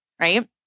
right